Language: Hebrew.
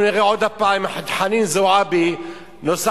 אנחנו נראה עוד פעם את חנין זועבי נוסעת